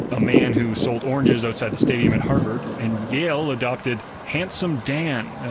a man who sold oranges outside the stadium at harvard and yale adopted handsome dan,